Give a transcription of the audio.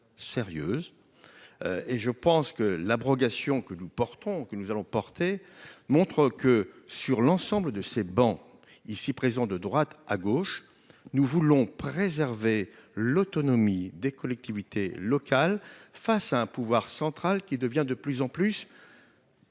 sérieuse et je pense que l'abrogation que nous portons, que nous allons porter montre que sur l'ensemble de ces bancs ici présents, de droite à gauche, nous voulons préserver l'autonomie des collectivités locales face à un pouvoir central qui devient de plus en plus.